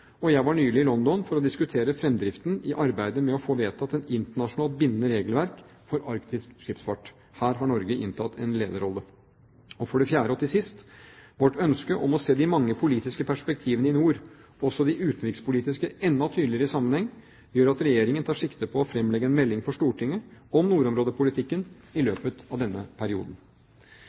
og jeg var nylig i London for å diskutere fremdriften i arbeidet med å få vedtatt et internasjonalt bindende regelverk for arktisk skipsfart. Her har Norge inntatt en lederrolle. For det fjerde og til sist: Vårt ønske om å se de mange politiske perspektivene i nord – også de utenrikspolitiske – enda tydeligere i sammenheng gjør at Regjeringen tar sikte på å fremlegge en melding for Stortinget om nordområdepolitikken i løpet av denne perioden.